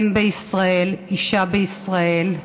אם בישראל, אישה בישראל,